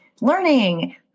learning